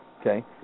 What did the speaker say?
Okay